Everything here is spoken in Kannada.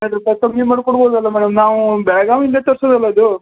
ಐದು ರೂಪಾಯಿ ಕಮ್ಮಿ ಮಾಡಿ ಕೊಡ್ಬೋದಲ್ಲ ಮೇಡಮ್ ನಾವು ಬೆಳಗಾವಿ ಇಂದ ತರ್ಸೋದಲ್ಲ ಇದು